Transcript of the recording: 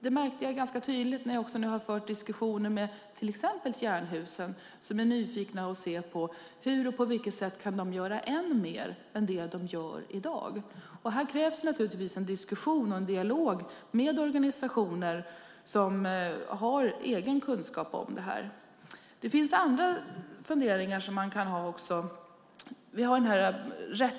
Det har jag märkt ganska tydligt när jag nu har fört diskussioner med till exempel Jernhusen, där man är nyfiken på hur man kan göra än mer än det man gör i dag. Här krävs naturligtvis en diskussion och en dialog med organisationer som har egen kunskap om det här.